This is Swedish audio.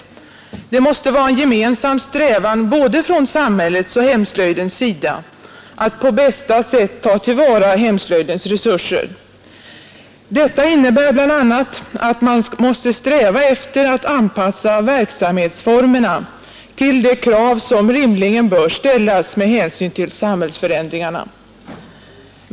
Det måste vara en gemensam strävan från både samhällets och hemslöjdens sida att ta till vara hemslöjdens resurser. Detta innebär bl.a. att man måste sträva efter att anpassa verksamhetsformerna till de krav som rimligen bör ställas med hänsyn till samhällsförändringarna.